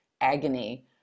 agony